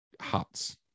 huts